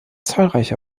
zahlreiche